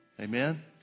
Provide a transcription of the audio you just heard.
Amen